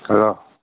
hello